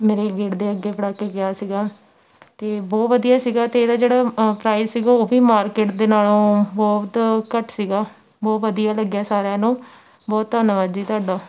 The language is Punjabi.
ਮੇਰੇ ਗੇਟ ਦੇ ਅੱਗੇ ਫੜਾ ਕੇ ਗਿਆ ਸੀਗਾ ਅਤੇ ਬਹੁਤ ਵਧੀਆ ਸੀਗਾ ਤੇਅ ਇਹਦਾ ਜਿਹੜਾ ਪ੍ਰਾਈਜ ਸੀਗਾ ਉਹ ਵੀ ਮਾਰਕੀਟ ਦੇ ਨਾਲੋਂ ਬਹੁਤ ਘੱਟ ਸੀਗਾ ਬਹੁਤ ਵਧੀਆ ਲੱਗਿਆ ਸਾਰਿਆਂ ਨੂੰ ਬਹੁਤ ਧੰਨਵਾਦ ਜੀ ਤੁਹਾਡਾ